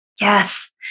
Yes